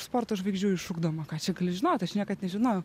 sporto žvaigždžių išugdoma ką čia gali žinot aš niekad nežinojau